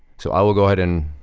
so, i will go ahead and,